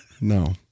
No